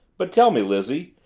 but tell me, lizzie,